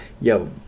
Yo